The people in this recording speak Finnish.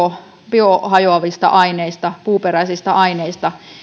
biohajoavista puuperäisistä aineista